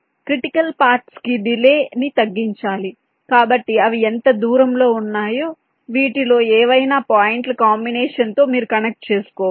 critical parts కి delay ని తగ్గించాలి కాబట్టి అవి ఎంత దూరంలో ఉన్నాయో వీటిలో ఏవైనా పాయింట్ల కంబినేషన్స్ తో మీరు కనెక్ట్ చేసుకోవచ్చు